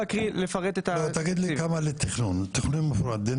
תגיד לי כמה לתכנון, תכנון מפורט.